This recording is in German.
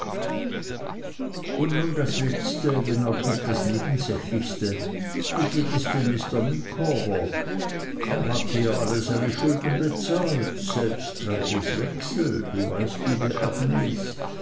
und nun das letzte wenn auch nicht das nebensächlichste wie geht es denn mr micawber er hat hier alle seine schulden bezahlt selbst traddles wechsel du weißt liebe agnes